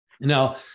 Now